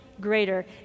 greater